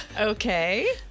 Okay